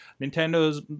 nintendo's